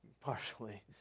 partially